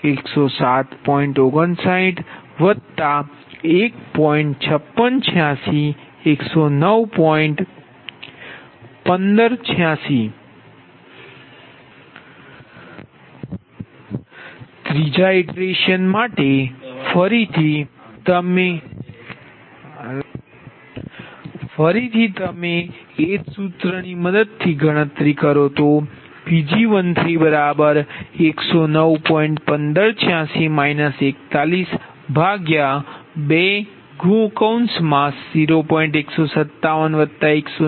1586 ત્રીજા ઇટરેશન માટે ફરીથી તમે એ જ સૂત્ર ની મદદથી ગણતરી કરો તો Pg1109